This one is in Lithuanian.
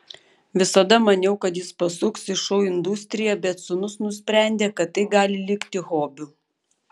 visada maniau kad jis pasuks į šou industriją bet sūnus nusprendė kad tai gali likti hobiu